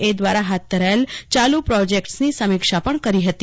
એ દ્વારા હાથ ધરાયેલા ચાલુ પ્રોજેક્ટ્રસની સમીક્ષા પક્ષ કરી હતી